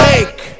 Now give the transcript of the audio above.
Make